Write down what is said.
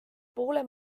poole